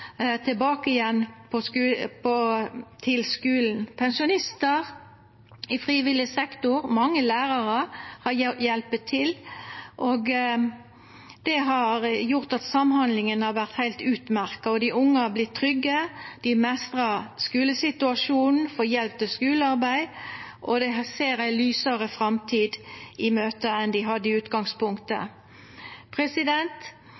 tilbake til skulen. Pensjonistar i frivillig sektor, mange lærarar, har hjelpt til. Det har gjort at samhandlinga har vore heilt utmerkt. Dei unge har vorte trygge. Dei meistrar skulesituasjonen og får hjelp til skulearbeid. Dei ser ei lysare framtid i møte enn dei gjorde i utgangspunktet.